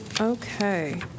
Okay